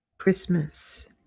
Christmas